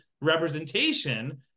representation